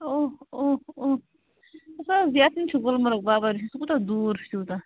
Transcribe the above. اوہ اوہ اوہ سُہ حظ ییٚتیٚن چھُ گُلمرگ بابا ریٖشی سُہ کوٗتاہ دوٗر چھُ تیٛوٗتاہ